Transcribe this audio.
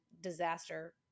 disaster